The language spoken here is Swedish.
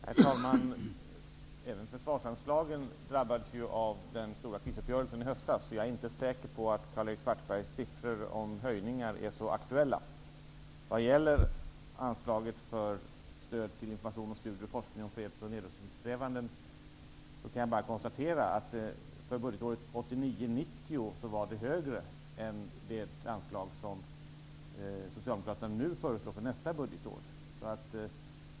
Herr talman! Även försvarsanslagen drabbas ju av den stora krisuppgörelsen i höstas. Jag är inte säker på att Karl-Erik Svartbergs siffror om höjningar är så aktuella. Vad gäller anslaget för stöd till information, studier och forskning om freds och nedrustningssträvanden kan jag bara konstatera att för budgetåret 1989/90 var det högre än det anslag som Socialdemokraterna nu föreslår för nästa budgetår.